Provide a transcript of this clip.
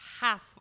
half